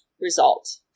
result